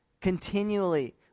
continually